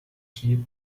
sheep